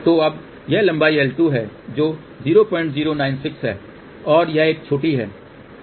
तो अब यह लंबाई L2 है जो 0096 है और यह एक छोटी है